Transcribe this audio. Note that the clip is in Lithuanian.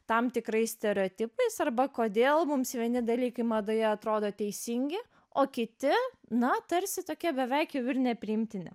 tam tikrais stereotipais arba kodėl mums vieni dalykai madoje atrodo teisingi o kiti na tarsi tokia beveik ir nepriimtini